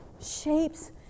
shapes